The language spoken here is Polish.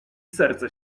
serce